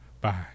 Bye